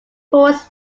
pools